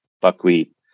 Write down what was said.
buckwheat